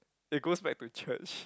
it goes back to church